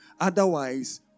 Otherwise